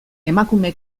emakume